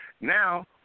Now